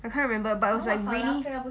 I can't remember but was like really